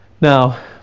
Now